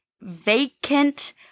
vacant